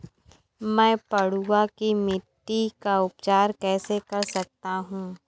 मैं पडुआ की मिट्टी का उपचार कैसे कर सकता हूँ?